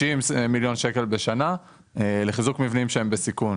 מיליון שקל בשנה בנוגע לחיזוק מבנים פרטיים בסיכון.